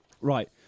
Right